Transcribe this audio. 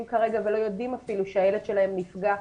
כרגע ולא יודעים אפילו שהילד שלהם נפגע .